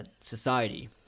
society